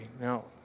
now